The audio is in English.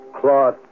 cloth